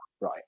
Right